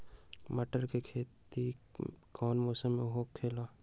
मटर के खेती कौन मौसम में होखेला?